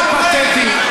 זה פתטי.